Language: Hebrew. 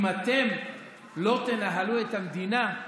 אם אתם לא תנהלו את המדינה,